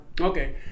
Okay